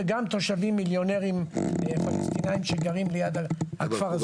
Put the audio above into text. וגם תושבים מיליונרים פלסטינים שגרים ליד הכפר.